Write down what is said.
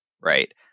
right